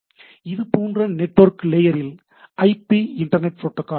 இது போல நெட்வொர்க் லேயரில் ஐ பி இன்டர்நெட் ப்ரோட்டோகால்ஸ் உள்ளது